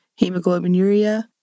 hemoglobinuria